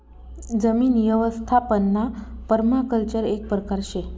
जमीन यवस्थापनना पर्माकल्चर एक परकार शे